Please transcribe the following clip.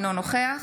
אינו נוכח